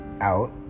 out